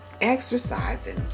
exercising